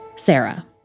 Sarah